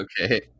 okay